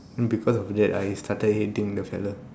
then people thought that I started hitting that fella